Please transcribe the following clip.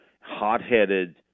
hot-headed